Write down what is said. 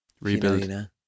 Rebuild